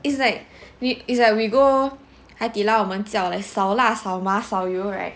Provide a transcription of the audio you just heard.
it's like we we go Hai Di Lao 我们叫 like 少辣少麻少油 right